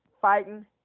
Fighting